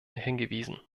hingewiesen